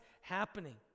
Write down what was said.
happening